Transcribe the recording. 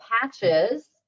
patches